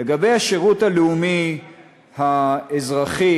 לגבי השירות הלאומי האזרחי,